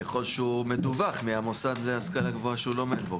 ככל שהוא מדווח מהמוסד להשכלה גבוהה שהוא לומד בו,